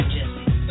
Jesse